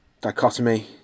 Dichotomy